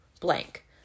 blank